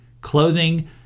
clothing